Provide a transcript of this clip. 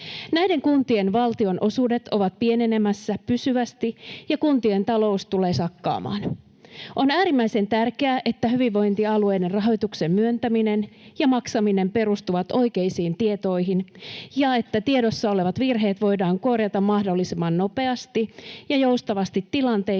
Näiden kuntien valtionosuudet ovat pienenemässä pysyvästi, ja kuntien talous tulee sakkaamaan. On äärimmäisen tärkeää, että hyvinvointialueiden rahoituksen myöntäminen ja maksaminen perustuvat oikeisiin tietoihin ja että tiedossa olevat virheet voidaan korjata mahdollisimman nopeasti ja joustavasti tilanteissa,